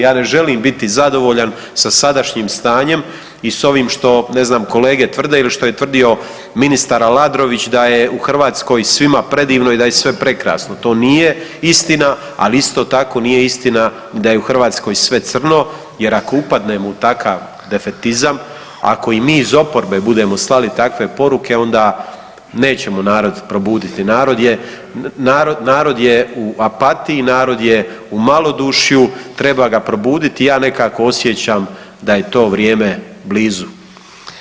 Ja ne želim biti zadovoljan sa sadašnjim stanjem i s ovim što ne znam kolege tvrde ili što je tvrdio ministar Aladrović da je u Hrvatskoj svima predivno i da je sve prekrasno, to nije istina, ali isto tako nije istina da je u Hrvatskoj sve crno jer ako upadnemo u takav defetizam, ako i mi iz oporbe bude slali takve poruke, onda nećemo narod probuditi, narod je u apatiji, narod je u malodušju, treba ga probuditi, ja nekako osjećam da je to vrijeme blizu.